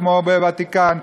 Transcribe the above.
כמו בוותיקן,